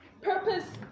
purpose